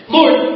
Lord